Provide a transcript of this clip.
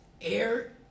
air